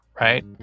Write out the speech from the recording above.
right